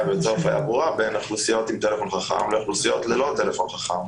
ויוצר אפליה ברורה בין אוכלוסיות עם טלפון חכם לאוכלוסיות ללא טלפון חכם,